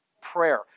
Prayer